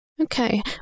Okay